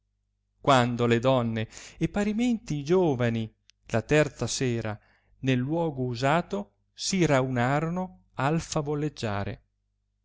quando le donne e parimente i gioveni la terza sera nel luogo usato si raunorono al favoleggiare ed